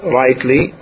rightly